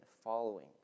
following